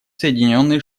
соединенные